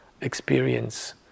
experience